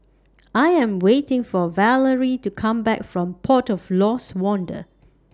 I Am waiting For Valery to Come Back from Port of Lost Wonder